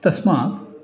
तस्मात्